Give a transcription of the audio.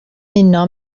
uno